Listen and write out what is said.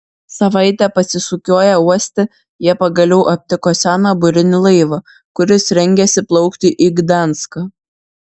savaitę pasisukioję uoste jie pagaliau aptiko seną burinį laivą kuris rengėsi plaukti į gdanską